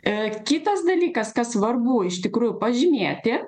e kitas dalykas kas svarbu iš tikrųjų pažymėti